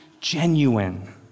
genuine